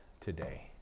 today